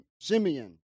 Simeon